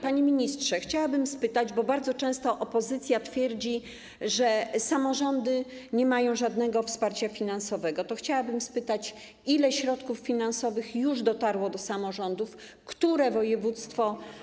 Panie ministrze, bardzo często opozycja twierdzi, że samorządy nie mają żadnego wsparcia finansowego, więc chciałabym spytać, ile środków finansowych już dotarło do samorządów, które województwo.